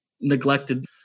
neglected